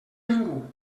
ningú